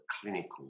clinical